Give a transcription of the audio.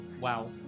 Wow